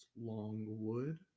Longwood